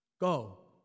go